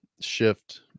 shift